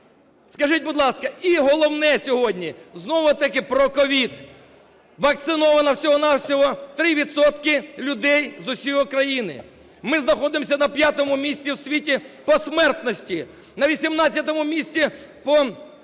скажіть, будь ласка? І головне сьогодні знову-таки про COVID. Вакциновано всього-на-всього 3 відсотки людей з усієї країни. Ми знаходимося на п'ятому місці в світі по смертності, на 18 місці по